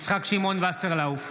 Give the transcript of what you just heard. יצחק שמעון וסרלאוף,